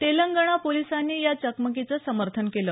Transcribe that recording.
तेलंगणा पोलिसांनी या चकमकीचं समर्थन केलं